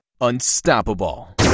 unstoppable